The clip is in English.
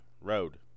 road